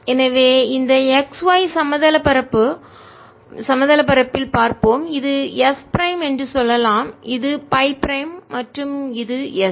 எனவே இந்த x y சமதள பரப்பு தட்டையான பரப்பு ல் பார்ப்போம் இது s பிரைம் என்று சொல்லலாம் இது Φபிரைம் மற்றும் இது s